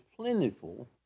plentiful